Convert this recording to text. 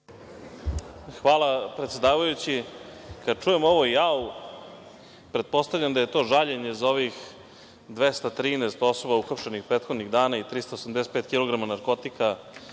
Hvala, predsedavajući. Kada čujem ovo jao, pretpostavljam da je to žaljenje za ovih 213 osoba uhapšenih prethodnih dana i 385 kilograma narkotika